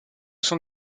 sont